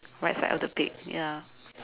right side of the pic ya